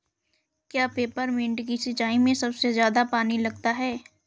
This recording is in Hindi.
क्या पेपरमिंट की सिंचाई में सबसे ज्यादा पानी लगता है?